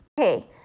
Okay